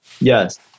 Yes